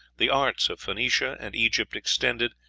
the arts of phoenicia and egypt extended,